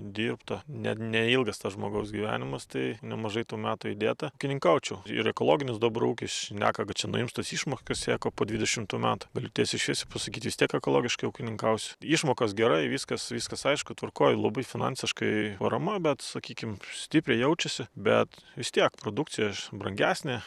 dirbta net neilgas tas žmogaus gyvenimas tai nemažai tų metų įdėta kininkaučiau ir ekologinis dabar ūkis šneka kad čia nuims tas išmokas eko po dvidešimtų metų galiu tiesiai šviesiai pasakyt vis tiek ekologiškai ūkininkausiu išmokos gerai viskas viskas aišku tvarkoj labai finansiškai parama bet sakykim stipriai jaučiasi bet vis tiek produkcija brangesnė